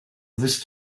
this